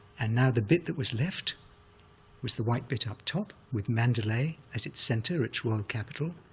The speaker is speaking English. and now the bit that was left was the white bit up top with mandalay as its center, its royal capital,